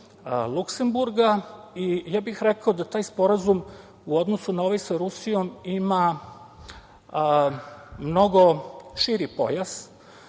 Luksemburga. Rekao bih da taj sporazum, u odnosu na ovaj sa Rusijom, ima mnogo širi pojas,